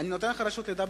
אני נותן לך רשות לדבר.